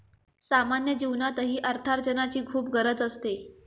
सामान्य जीवनातही अर्थार्जनाची खूप गरज असते